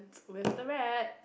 where's the rat